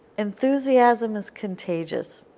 enthusiasm is contagious.